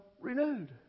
renewed